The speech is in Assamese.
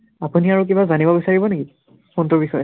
আপুনি আৰু কিবা জানিব বিচাৰিব নেকি ফোনটোৰ বিষয়ে